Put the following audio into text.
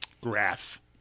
Graph